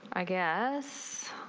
i guess